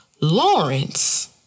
Lawrence